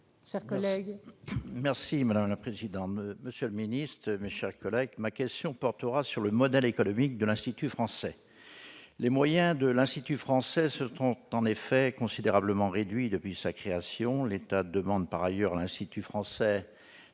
Madame la présidente, monsieur le secrétaire d'État, mes chers collègues, ma question porte sur le modèle économique de l'Institut français. Les moyens de l'Institut français se sont en effet considérablement réduits depuis sa création. L'État demande par ailleurs à l'institut de